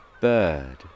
bird